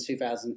2000